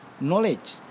knowledge